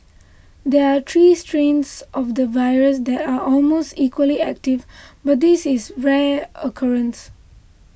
there are three strains of the virus that are almost equally active and this is a rare occurrence